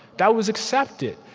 that was accepted.